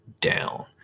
down